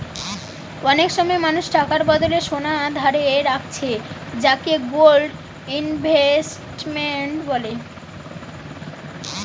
অনেক সময় মানুষ টাকার বদলে সোনা ধারে রাখছে যাকে গোল্ড ইনভেস্টমেন্ট বলে